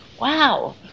wow